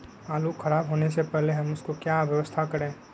आलू खराब होने से पहले हम उसको क्या व्यवस्था करें?